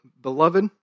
Beloved